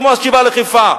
כמו "השיבה לחיפה"